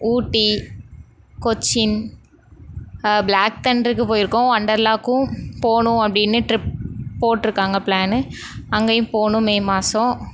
ஊட்டி Cochin black தென்டர்க்கு போயிருக்கோம் ஒன்டர்லாக்கும் போகணும் அப்படின்னு ட்ரிப் போட்டுருக்காங்க ப்ளானு அங்கேயும் போகணும் மே மாதம்